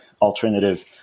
alternative